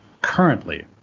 currently